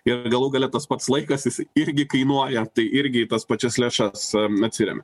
ir galų gale tas pats laikas jisai irgi kainuoja tai irgi į tas pačias lėšas atsiremia